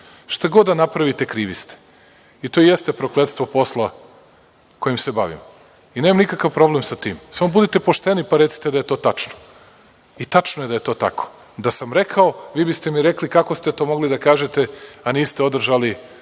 Šta god da napravite krivi ste. To jeste prokletstvo posla kojim se bavim. Nemam nikakav problem sa tim, samo budite pošteni, pa recite da je to tačno. Tačno je da je to tako. Da sam rekao, vi biste mi rekli – kako ste to mogli da kažete, a niste održali